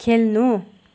खेल्नु